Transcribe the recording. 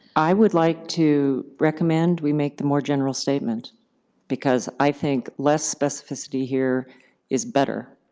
i would like to recommend we make the more general statement because i think less specificity here is better,